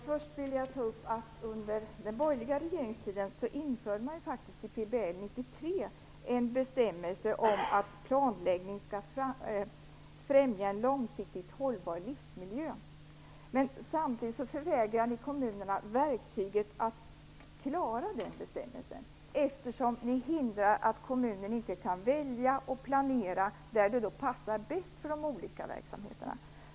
Fru talman! Under den borgerliga regeringstiden införde man faktiskt 1993 i PBL en bestämmelse om att planläggning skall främja en långsiktigt hållbar livsmiljö. Men samtidigt förvägrar ni kommunerna verktyget att följa den bestämmelsen, eftersom ni hindrar kommunerna från att välja och planera de områden som passar bäst för de olika verksamheterna.